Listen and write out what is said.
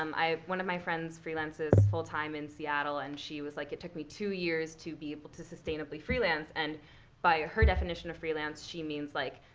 um one of my friends freelances full-time in seattle. and she was, like, it took me two years to be able to sustainably freelance. and by her definition of freelance, she means, like,